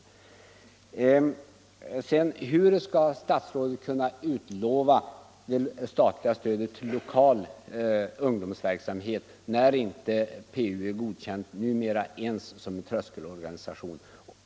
3 april 1975 Hur skall statsrådet kunna utlova det statliga stödet till lokal ung: — domsverksamhet när PU numera inte godkänns ens som en tröskelor Om fördelningen av ganisation?